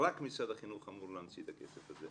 משרד החינוך אמור להמציא את הכסף הזה.